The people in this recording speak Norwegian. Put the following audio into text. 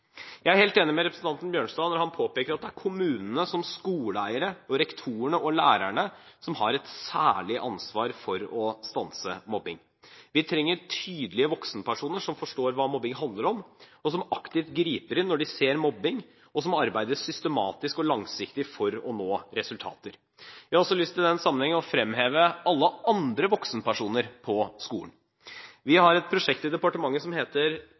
Jeg er helt enig med representanten Bjørnstad når han påpeker at det er kommunene som skoleeiere og rektorene og lærerne som har et særlig ansvar for å stanse mobbing. Vi trenger tydelige voksenpersoner som forstår hva mobbing handler om, som aktivt griper inn når de ser mobbing, og som arbeider systematisk og langsiktig for å nå resultater. Jeg har også lyst til i den sammenhengen å fremheve alle andre voksenpersoner på skolen. Vi har et prosjekt i departementet som heter